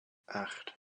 acht